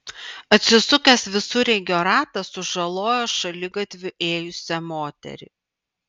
atsisukęs visureigio ratas sužalojo šaligatviu ėjusią moterį